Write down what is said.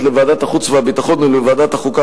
לוועדת החוץ והביטחון ולוועדת החוקה,